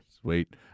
Sweet